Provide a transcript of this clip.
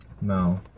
No